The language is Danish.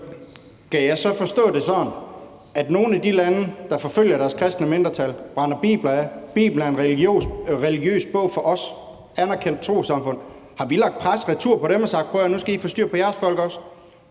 Skal jeg så forstå det sådan, at i forhold til nogle af de lande, der forfølger deres kristne mindretal og brænder bibler af – Bibelen er en religiøs bog for os, og vi tilhører et anerkendt trossamfund – har vi lagt pres retur på dem og sagt: Prøv at høre, nu skal I også få styr på jeres folk?